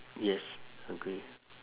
yes agree